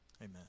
Amen